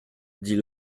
dit